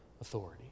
authority